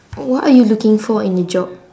what are you looking for in a job